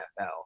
NFL